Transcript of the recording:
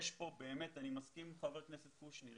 אני מסכים עם חבר הכנסת קושניר.